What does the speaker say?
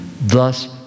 Thus